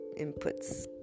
inputs